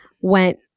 went